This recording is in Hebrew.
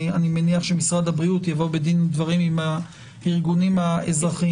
אני מניח שמשרד הבריאות יבוא בדין ודברים עם הארגונים האזרחיים.